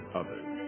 others